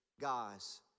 guys